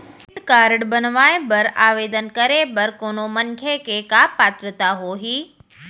Credit card बनवाए बर आवेदन करे बर कोनो मनखे के का पात्रता होही?